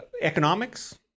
economics